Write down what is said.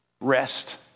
rest